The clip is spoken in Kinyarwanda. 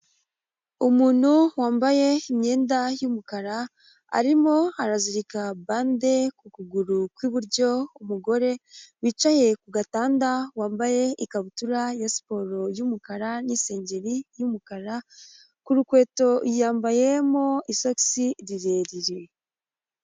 Umuntu wambaye imyenda y'umukara, arimo arazirika bande ku kuguru kw'iburyo, umugore wicaye ku gatanda, wambaye ikabutura ya siporo y'umukara n'isengeri y'umukara, ku rukweto yambayemo isokisi rirerire.